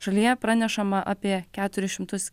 šalyje pranešama apie keturis šimtus